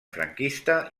franquista